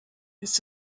ist